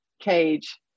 cage